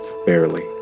Barely